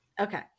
Okay